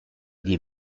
des